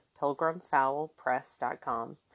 PilgrimFowlPress.com